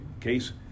case